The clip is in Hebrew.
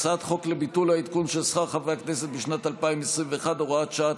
הצעת חוק לביטול העדכון של שכר חברי הכנסת בשנת 2021 (הוראת שעה),